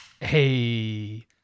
Hey